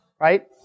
Right